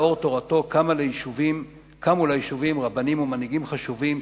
לאור תורתו קמו ליישובים רבנים ומנהיגים חשובים,